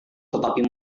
tetapi